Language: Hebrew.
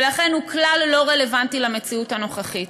ולכן הוא כלל לא רלוונטי למציאות הנוכחית.